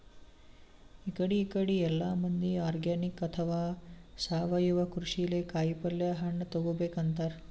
ಇಕಡಿ ಇಕಡಿ ಎಲ್ಲಾ ಮಂದಿ ಆರ್ಗಾನಿಕ್ ಅಥವಾ ಸಾವಯವ ಕೃಷಿಲೇ ಕಾಯಿಪಲ್ಯ ಹಣ್ಣ್ ತಗೋಬೇಕ್ ಅಂತಾರ್